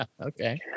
Okay